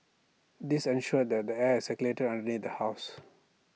this ensured that the air circulated underneath the house